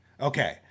Okay